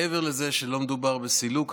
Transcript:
מעבר לזה שלא מדובר בסילוק,